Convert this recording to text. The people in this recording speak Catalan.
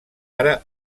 ara